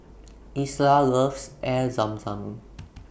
Isla loves Air Zam Zam